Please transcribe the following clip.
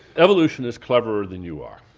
evolution is cleverer than you are.